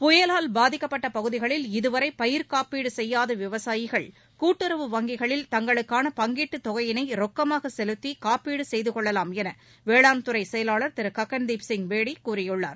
புயலால் பாதிக்கப்பட்ட பகுதிகளில் இதுவரை பயிர்க்காப்பீடு செய்யாத விவசாயிகள் கூட்டுறவு வங்கிகளில் தங்களுக்கான பங்கீடுத் தொகையினை ரொக்கமாக செலுத்தி காப்பீடு செய்து கொள்ளவாம் என வேளாண்துறை செயலாளர் திரு ககன்தீப்சிங் பேடி கூறியுள்ளார்